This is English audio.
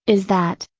is that,